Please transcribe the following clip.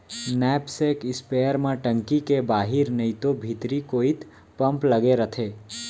knapsack spare म टंकी के बाहिर नइतो भीतरी कोइत पम्प लगे रथे